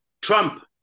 Trump